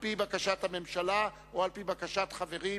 על-פי בקשת הממשלה או על-פי בקשת חברים,